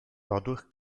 dadurch